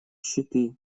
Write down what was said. щиты